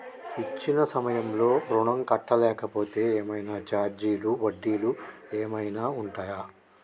ఇచ్చిన సమయంలో ఋణం కట్టలేకపోతే ఏమైనా ఛార్జీలు వడ్డీలు ఏమైనా ఉంటయా?